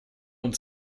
und